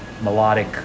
melodic